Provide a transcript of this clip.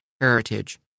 heritage